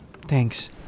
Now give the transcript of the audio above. Thanks